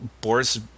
Boris